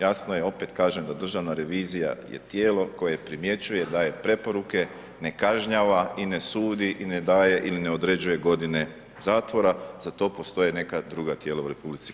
Jasno je opet kažem, da Državna revizija je tijelo koje primjećuje, daje preporuke, ne kažnjava, i ne sudi i ne daje ili ne određuje godine zatvora, za to postoje neka druga tijela u RH.